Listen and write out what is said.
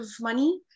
money